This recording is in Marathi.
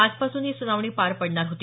आजपासून ही सुनावणी पार पडणार होती